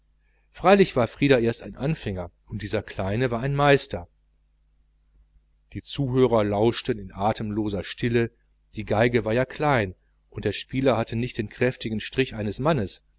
freilich war frieder erst ein anfänger auf diesem instrument und dieser kleine war ein meister das publikum lauschte in atemloser stille die violine war ja klein und der spieler hatte nicht den kräftigen strich eines mannes